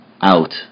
out